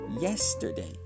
yesterday